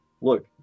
look